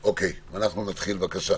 נתחיל, בבקשה.